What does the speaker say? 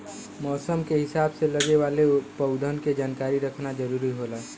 मौसम के हिसाब से लगे वाले पउधन के जानकारी रखना जरुरी होला